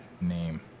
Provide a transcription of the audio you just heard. name